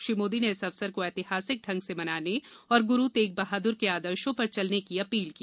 श्री मोदी ने इस अवसर को ऐतिहासिक ढंग से मनाने और गुरु तेगबहादुर के आदर्शों पर चलने की अपील की